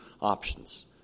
options